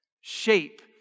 shape